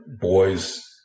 boys